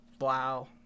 wow